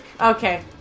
Okay